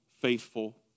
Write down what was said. faithful